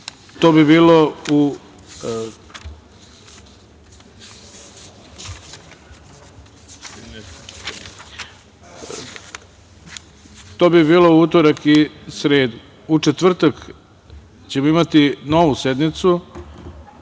odbora. To bi bilo u utorak i sredu.U četvrtak ćemo imati novu sednicu